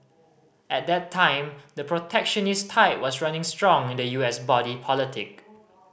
at that time the protectionist tide was running strong in the U S body politic